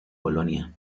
bolonia